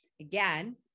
again